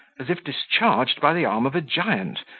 as if discharged by the arm of a giant,